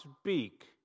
speak